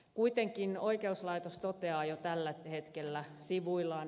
kuitenkin oikeuslaitos toteaa jo tällä hetkellä sivuillaan